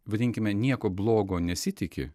vadinkime nieko blogo nesitiki